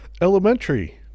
Elementary